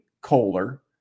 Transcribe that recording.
Kohler